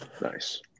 Nice